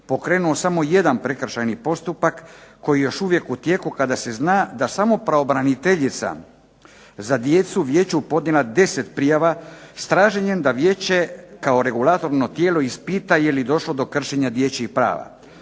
pokrenuo samo jedan prekršajni postupak koji je još uvijek u tijeku kada se zna da samo pravobraniteljica za djecu vijeću podnijela 10 prijava s traženjem da vijeće kao regularno tijelo ispita jeli došlo do kršenja dječjih prava.